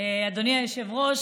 אדוני היושב-ראש,